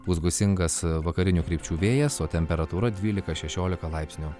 pūs gūsingas vakarinių krypčių vėjas o temperatūra dvylika šešiolika laipsnių